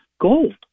gold